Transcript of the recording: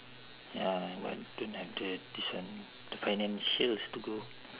ya I want to have the this one the financials to go